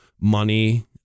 money